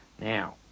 Now